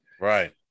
Right